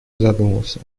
задумался